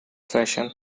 fashion